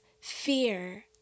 fear